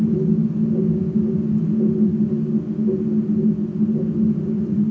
you